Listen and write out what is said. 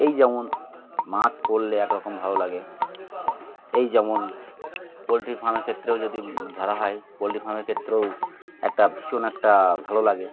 এই যেমন মাছ পড়লে একরকম ভালো লাগে এই যেমন পোলট্রি ফার্মের ক্ষেত্রেও যদি ধরা হয় পোলট্রি ফার্মের ক্ষেত্রেও একটা ভীষণ একটা ভালো লাগে